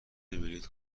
بلیط